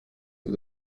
who